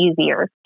easier